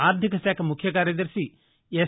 ఆర్దిక శాఖ ముఖ్య కార్యదర్శి ఎస్